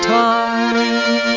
time